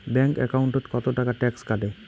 Bank একাউন্টত কতো টাকা ট্যাক্স কাটে?